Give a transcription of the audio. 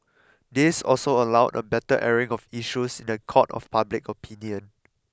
this also allowed a better airing of issues in the court of public opinion